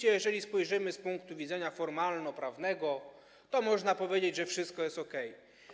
Jeżeli spojrzymy na to z punktu widzenia formalnoprawnego, to można powiedzieć, że wszystko jest okej.